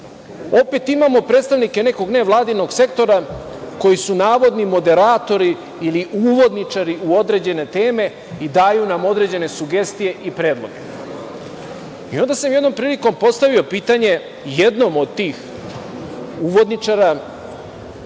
Opet imamo predstavnike nekog nevladinog sektora koji su navodni moderatori ili uvodničari u određene teme i daju nam određene sugestije i predloge. I, onda sam jednom prilikom postavio pitanje, jednom od tih uvodničara,